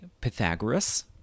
Pythagoras